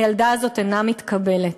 הילדה הזאת אינה מתקבלת.